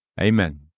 Amen